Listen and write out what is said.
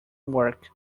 work